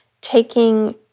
taking